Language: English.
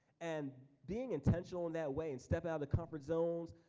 and being intentional in that way and step out of the comfort zones,